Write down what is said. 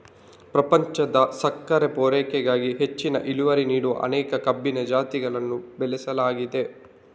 ಪ್ರಪಂಚದ ಸಕ್ಕರೆ ಪೂರೈಕೆಗಾಗಿ ಹೆಚ್ಚಿನ ಇಳುವರಿ ನೀಡುವ ಅನೇಕ ಕಬ್ಬಿನ ಜಾತಿಗಳನ್ನ ಬೆಳೆಸಲಾಗಿದೆ